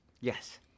Yes